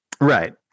Right